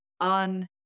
on